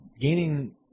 gaining